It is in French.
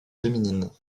féminine